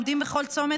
עומדים בכל צומת,